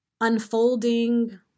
unfolding